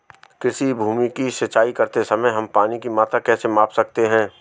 किसी भूमि की सिंचाई करते समय हम पानी की मात्रा कैसे माप सकते हैं?